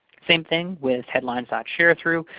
same thing with headlines ah sharethrough.